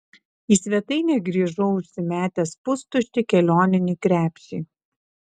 į svetainę grįžau užsimetęs pustuštį kelioninį krepšį